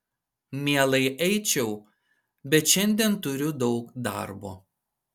mielai eičiau bet šiandien turiu daug darbo